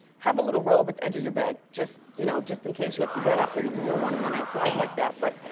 have a little robe at the edge of your bed, just you know just in case you have to get up and you don't wanna run outside like that. but